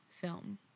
film